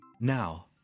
Now